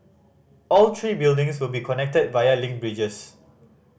all three buildings will be connected via link bridges